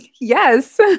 Yes